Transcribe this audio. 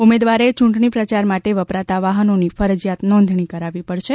ઉમેદવારે ચૂંટણી પ્રચાર માટે વપરાતા વાહનોની ફરજિયાત નોંધણી કરાવવી પડશે